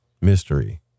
mystery